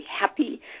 happy